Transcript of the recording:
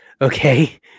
Okay